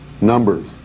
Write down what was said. numbers